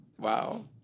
Wow